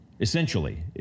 essentially